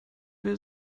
will